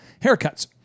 Haircuts